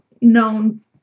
known